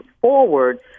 forward